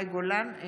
אינו נוכח מאי גולן,